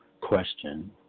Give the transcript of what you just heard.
question